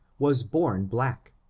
was born black,